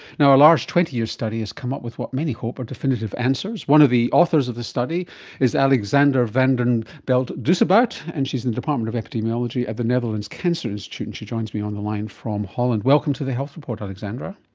and a large twenty year study has come up with what many hope are definitive answers. one of the authors of the study is alexandra van den and belt-dusebout, and she is in the department of epidemiology at the netherlands cancer institute, and she joins me on the line from holland. welcome to the health report, alexandra.